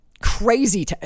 Crazy